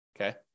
Okay